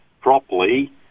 properly